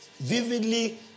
vividly